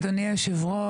אדוני היושב-ראש,